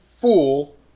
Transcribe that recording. fool